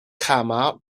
kama